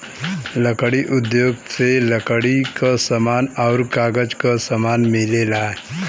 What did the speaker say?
लकड़ी उद्योग से लकड़ी क समान आउर कागज क समान मिलेला